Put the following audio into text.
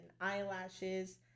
eyelashes